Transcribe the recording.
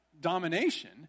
domination